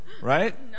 right